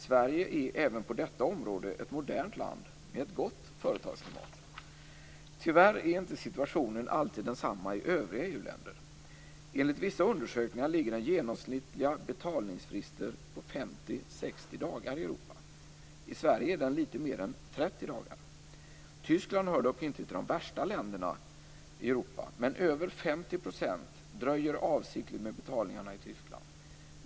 Sverige är även på detta område ett modernt land med ett gott företagsklimat. Tyvärr är inte situationen alltid densamma i övriga EU-länder. Enligt vissa undersökningar ligger den genomsnittliga betalningsfristen på 50-60 dagar i Europa. I Sverige är den litet mer än 30 dagar. Tyskland hör inte till de värsta länderna i Europa, men över 50 % dröjer avsiktligt med betalningarna i Tyskland.